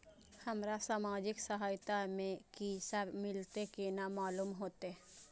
हमरा सामाजिक सहायता में की सब मिलते केना मालूम होते?